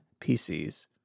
PCs